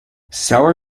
sour